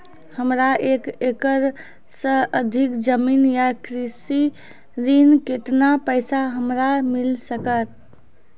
हमरा एक एकरऽ सऽ अधिक जमीन या कृषि ऋण केतना पैसा हमरा मिल सकत?